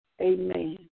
amen